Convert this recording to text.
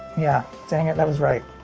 yeah, dang it that was right.